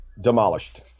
demolished